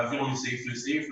להעביר מסעיף לסעיף.